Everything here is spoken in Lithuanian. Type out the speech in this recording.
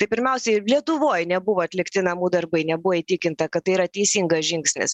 tai pirmiausia ir lietuvoj nebuvo atlikti namų darbai nebuvo įtikinta kad tai yra teisingas žingsnis